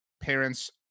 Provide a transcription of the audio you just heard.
parents